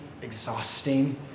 exhausting